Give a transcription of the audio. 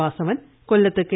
വാസവൻ കൊല്ലത്ത് കെ